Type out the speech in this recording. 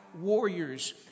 warriors